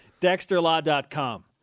Dexterlaw.com